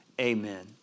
Amen